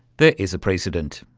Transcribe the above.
there is a precedent.